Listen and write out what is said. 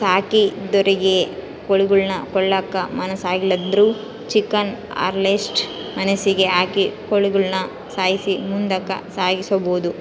ಸಾಕಿದೊರಿಗೆ ಕೋಳಿಗುಳ್ನ ಕೊಲ್ಲಕ ಮನಸಾಗ್ಲಿಲ್ಲುದ್ರ ಚಿಕನ್ ಹಾರ್ವೆಸ್ಟ್ರ್ ಮಷಿನಿಗೆ ಹಾಕಿ ಕೋಳಿಗುಳ್ನ ಸಾಯ್ಸಿ ಮುಂದುಕ ಸಾಗಿಸಬೊದು